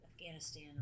Afghanistan